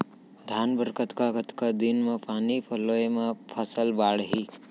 धान बर कतका कतका दिन म पानी पलोय म फसल बाड़ही?